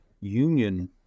Union